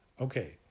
Okay